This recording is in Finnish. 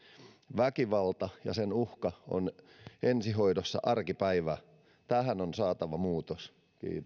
väkivalta ja sen uhka ovat ensihoidossa arkipäivää tähän on saatava muutos